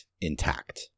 intact